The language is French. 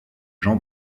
jean